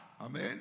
Amen